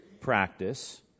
practice